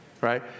right